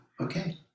Okay